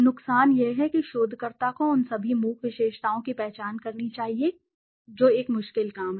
नुकसान यह है कि शोधकर्ता को उन सभी मूक विशेषताओं की पहचान करनी चाहिए जो एक मुश्किल काम है